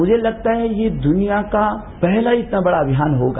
मुझे लगता है ये दृनिया का पहला इतना बड़ा अभियान होगा